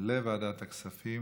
לוועדת הכספים?